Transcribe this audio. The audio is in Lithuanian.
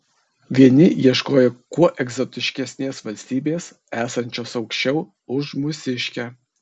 vieni ieškojo kuo egzotiškesnės valstybės esančios aukščiau už mūsiškę